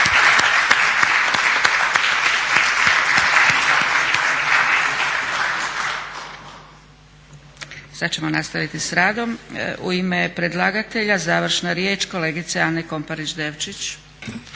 Sada ćemo nastaviti s radom. U ime predlagatelja završna riječ kolegice Ane Komparić Devčić.